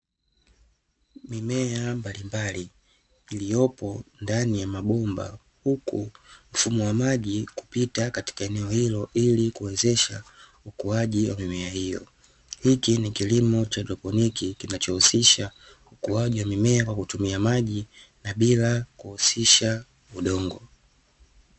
Mimea mbalimbali iliyopo ndani ya mabomba, huku mfumo wa maji kupita katika eneo hilo ili kuwezesha ukuaji wa mimea hiyo, hiki ni kilimo cha haidroponiki kinachohusisha ukuaji wa mimea kwa kutumia maji na bila kuhusisha udongo.